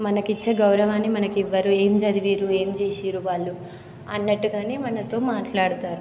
మనకు ఇచ్చే గౌరవాన్ని మనకు ఇవ్వరు ఏం చదివారు ఏం చేసారు వాళ్ళు అన్నట్టుగానే మనతో మాట్లాడుతారు